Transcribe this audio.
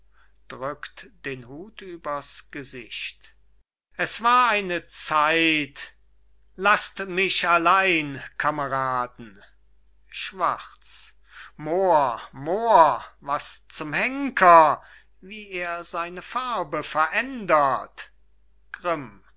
es war eine zeit laßt mich allein kameraden schwarz moor moor was zum henker wie er seine farbe verändert grimm